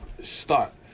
start